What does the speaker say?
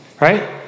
Right